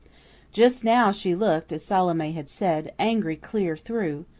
just now she looked, as salome had said, angry clear through,